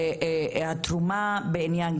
התרומה בעניין,